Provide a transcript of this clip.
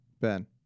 Ben